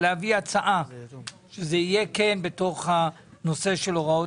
להביא הצעה שזה יהיה כן בתוך הנושא של הוראות